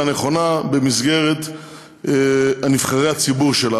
הנכונה במסגרת נבחרי הציבור שלה.